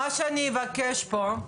טוב, מה שאני אבקש פה,